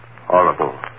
Horrible